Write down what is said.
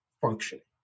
functioning